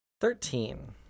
Thirteen